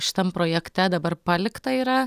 šitam projekte dabar palikta yra